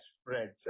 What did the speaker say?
spreads